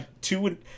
two